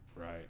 Right